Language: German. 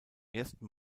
ersten